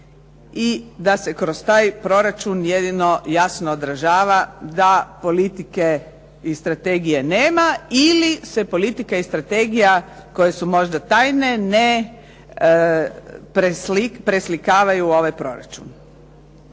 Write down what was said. i da se kroz taj proračun jedino jasno odražava da politike i strategije nema ili se politika i strategija koje su možda tajne ne preslikavaju u ovaj proračun.